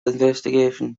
investigation